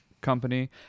company